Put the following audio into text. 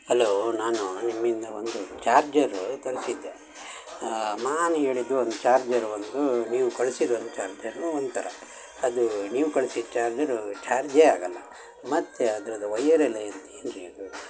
hello ನಾನು ನಿಮ್ಮಿಂದ ಒಂದು ಚಾರ್ಜರು ತರಿಸಿದ್ದೆ ನಾನು ಹೇಳಿದ್ದು ಒಂದು ಚಾರ್ಜರ್ ಒಂದು ನೀವು ಕಳ್ಸಿದ್ದು ಒಂದು ಚಾರ್ಜರು ಒಂಥರ ಅದೂ ನೀವು ಕಳ್ಸಿದ ಚಾರ್ಜರು ಚಾರ್ಜೇ ಆಗೋಲ್ಲ ಮತ್ತು ಅದ್ರದ್ದು ವಯರೆಲ್ಲ ಏನು ಏನು ರೀ ಅದು